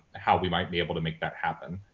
how we might be able to make that happen.